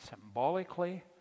symbolically